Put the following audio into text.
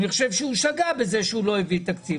אני חושב שהוא שגה בזה שהוא לא הביא תקציב.